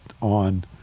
on